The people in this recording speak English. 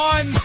One